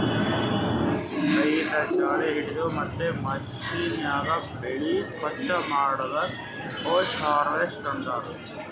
ಕೈಯಿಂದ್ ಛಾಳಿ ಹಿಡದು ಮತ್ತ್ ಮಷೀನ್ಯಾಗ ಬೆಳಿ ಸ್ವಚ್ ಮಾಡದಕ್ ಪೋಸ್ಟ್ ಹಾರ್ವೆಸ್ಟ್ ಅಂತಾರ್